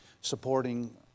supporting